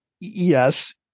Yes